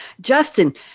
Justin